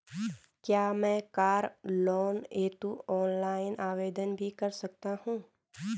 क्या मैं car loan हेतु ऑनलाइन आवेदन भी कर सकता हूँ?